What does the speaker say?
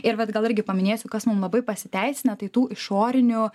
ir vat gal irgi paminėsiu kas mum labai pasiteisina tai tų išorinių